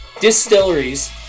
distilleries